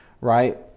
right